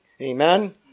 Amen